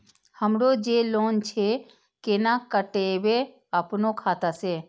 हमरो जे लोन छे केना कटेबे अपनो खाता से?